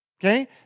okay